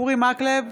אורי מקלב,